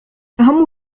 أهم